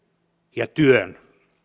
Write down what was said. ja työn